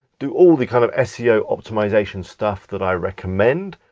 do all the kind of seo optimization stuff that i recommend,